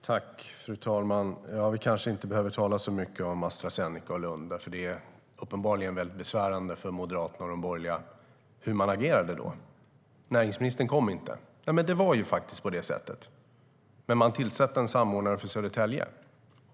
Fru talman! Vi behöver kanske inte tala så mycket om Astra Zeneca och Lund, för det är uppenbarligen väldigt besvärande för Moderaterna och de borgerliga hur man agerade då. Näringsministern kom inte - det var faktiskt på det sättet - men man tillsatte en samordnare för Södertälje.